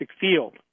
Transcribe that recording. field